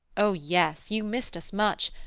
o yes, you missed us much.